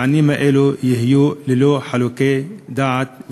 שהעניינים הללו יהיו ללא חילוקי דעות,